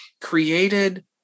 created